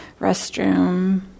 restroom